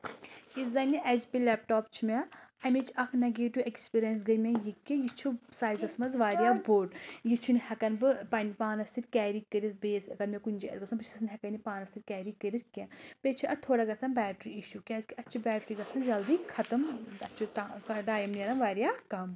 یُس زَن یہِ اَیٚچ پی لَیٚپٹاپ چھُ مےٚ اَمِچ اکھ نَیگیٹِو ایٚکٕسپیٖرِینٕس گٔے مےٚ یہِ کہِ یہِ چھُ سایِزَس منٛز واریاہ بوٚڑ یہِ چھُنہٕ ہؠکان بہٕ پَنٕنہِ پانَس سۭتۍ کیرِی کٔرِتھ بَیٚیِس اَگر مےٚ کُنہِ جایہِ گژَھُن بہٕ چھَس نہٕ ہؠکان یہِ پانَس سۭتۍ کَیرِی کٔرِتھ کیٚنٛہہ بیٚیہِ چھُ اَتھ تھوڑا گژھان بَیٚٹٕرِی اِشوٗ کیازِ کہِ اَتھ چھِ بَیٚٹٕرِی گژَھان جلدِی خَتَم اَسہِ چھُ ٹایِم نَیران واریاہ کَم